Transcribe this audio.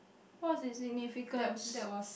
what's its significance